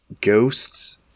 ghosts